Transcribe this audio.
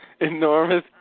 Enormous